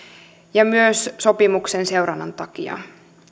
ja myös sopimuksen seurannan takia